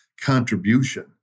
contribution